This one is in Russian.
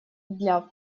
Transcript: для